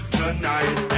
tonight